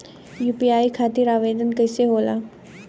UPI खातिर आवेदन कैसे होला?